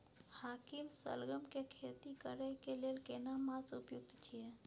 हाकीम सलगम के खेती करय के लेल केना मास उपयुक्त छियै?